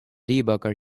debugger